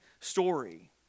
story